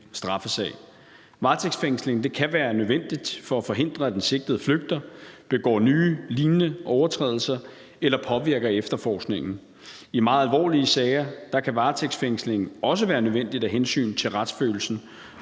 straffesag. Varetægtsfængsling kan være nødvendigt for at forhindre, at den sigtede flygter, begår nye lignende overtrædelser eller påvirker efterforskningen. I meget alvorlige sager kan varetægtsfængslingen også være nødvendig af hensyn til retsfølelsen.